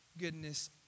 goodness